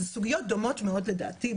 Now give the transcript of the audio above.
זה סוגיות דומות מאוד לדעתי,